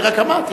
אני רק אמרתי,